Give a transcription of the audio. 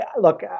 look